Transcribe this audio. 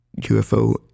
UFO